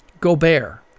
Gobert